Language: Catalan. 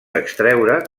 extreure